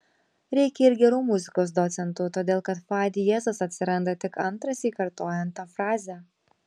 reikia ir gerų muzikos docentų todėl kad fa diezas atsiranda tik antrąsyk kartojant tą frazę